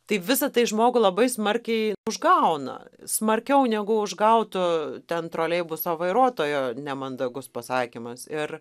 tai visa tai žmogų labai smarkiai užgauna smarkiau negu užgautų ten troleibuso vairuotojo nemandagus pasakymas ir